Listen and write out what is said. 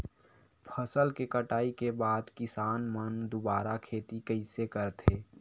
फसल के कटाई के बाद किसान मन दुबारा खेती कइसे करथे?